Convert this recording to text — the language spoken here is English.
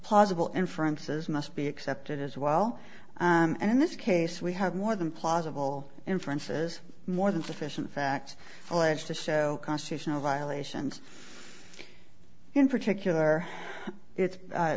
possible inferences must be accepted as well and in this case we have more than plausible inferences more than sufficient facts alleged to show constitutional violations in particular it's